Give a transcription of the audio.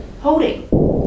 holding